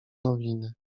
nowiny